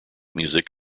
music